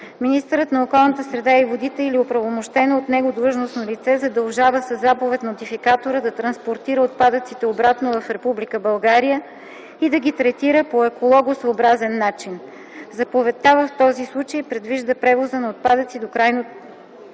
среда и водите или оправомощено от него длъжностно лице задължава със заповед нотификатора да транспортира отпадъците обратно в Република България и да ги третира по екологосъобразен начин. Заповедта в този случай придружава превоза на отпадъци до крайното